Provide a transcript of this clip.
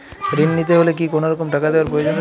ঋণ নিতে হলে কি কোনরকম টাকা দেওয়ার প্রয়োজন রয়েছে?